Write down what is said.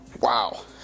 Wow